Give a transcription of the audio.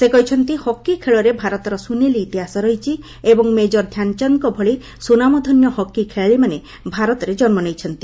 ସେ କହିଛନ୍ତି ହକି ଖେଳରେ ଭାରତର ସୁନେଲି ଇତିହାସ ରହିଛି ଏବଂ ମେକର ଧ୍ୟାନଚାନ୍ଦଙ୍କ ଭଳି ସୁନାମଧନ୍ୟ ହକି ଖେଳାଳିମାନେ ଭାରତରେ ଜନ୍ମ ନେଇଛନ୍ତି